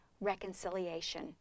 reconciliation